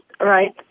right